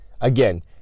Again